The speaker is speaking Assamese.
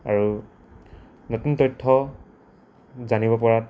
আৰু নতুন তথ্য জানিব পৰাত